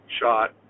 shot